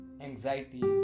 anxiety